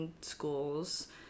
schools